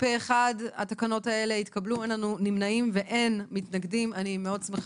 הצבעה בעד, 3 נגד, 0 נמנעים, 0 התקנות